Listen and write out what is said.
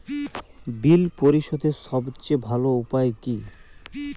বিল পরিশোধের সবচেয়ে ভালো উপায় কী?